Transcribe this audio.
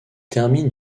termine